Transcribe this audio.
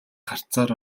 харцаар